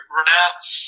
renounce